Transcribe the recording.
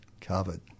covered